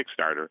Kickstarter